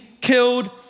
killed